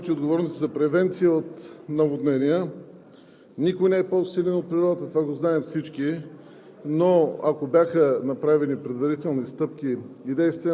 на околната среда и водите? По какъв начин МОСВ изпълни своите отговорности за превенция от наводнения? Никой не е по-силен от природата, това го знаем всички,